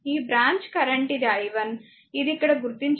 కాబట్టి ఈ branch current ఇది i1 ఇది ఇక్కడ గుర్తించబడింది